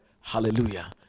Hallelujah